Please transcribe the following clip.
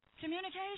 Communication